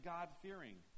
God-fearing